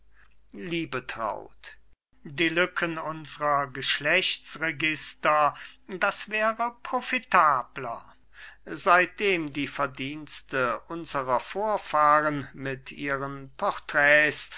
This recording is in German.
auf liebetraut die lücken unsrer geschlechtsregister das wäre profitabler seitdem die verdienste unserer vorfahren mit ihren